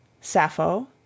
Sappho